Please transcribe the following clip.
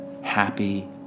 happy